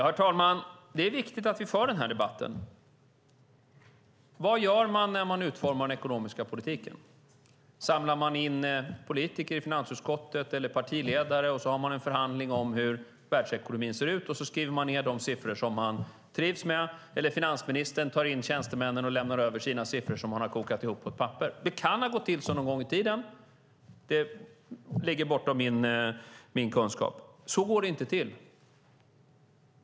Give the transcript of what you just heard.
Herr talman! Det är viktigt att vi för den här debatten. Vad gör man när man utformar den ekonomiska politiken? Samlar man in politiker i finansutskottet eller partiledare och har en förhandling om hur världsekonomin ser ut och skriver ned de siffror som man trivs med? Eller tar finansministern in tjänstemännen och lämnar över sina siffror som han har kokat ihop på ett papper? Det kan ha gått till så någon gång i tiden - det ligger bortom min kunskap. Men så går det inte till.